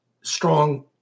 strong